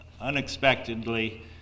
unexpectedly